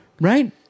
Right